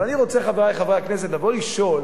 אבל אני רוצה, חברי חברי הכנסת, לבוא לשאול